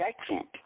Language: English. accent